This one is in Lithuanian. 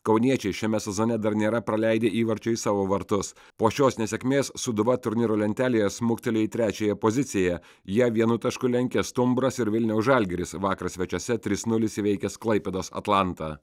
kauniečiai šiame sezone dar nėra praleidę įvarčio į savo vartus po šios nesėkmės sūduva turnyro lentelėje smuktelėjo į trečiąją poziciją ją vienu tašku lenkia stumbras ir vilniaus žalgiris vakar svečiuose trys nulis įveikęs klaipėdos atlantą